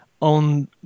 on